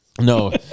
No